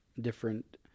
different